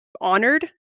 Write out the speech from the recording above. honored